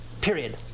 Period